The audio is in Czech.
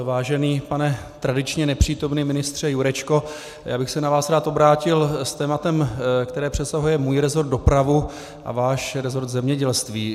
Vážený pane tradičně nepřítomný ministře Jurečko, rád bych se na vás obrátil s tématem, které přesahuje můj resort dopravy a váš resort zemědělství.